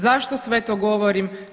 Zašto sve to govorim?